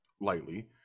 lightly